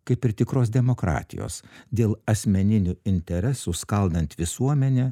kaip ir tikros demokratijos dėl asmeninių interesų skaldant visuomenę